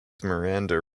miranda